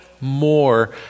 more